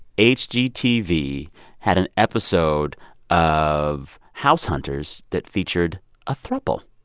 hgtv had an episode of house hunters that featured a throuple.